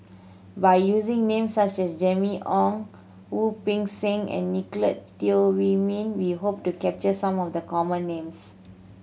by using names such as Jimmy Ong Wu Peng Seng and Nicolette Teo Wei Min we hope to capture some of the common names